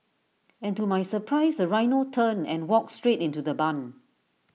and to my surprise the rhino turned and walked straight into the barn